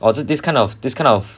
or this kind of this kind of